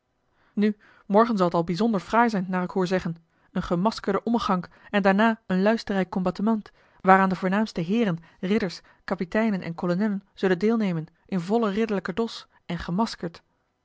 nu morgen zal t bijzonder fraai zijn naar ik hoor zeggen een gemaskerde ommegank en daarna een luisterrijk combatement waaraan de voornaamste heeren ridders kapiteinen en kolonellen zullen deelnemen in vollen ridderlijken dosch en gemaskerd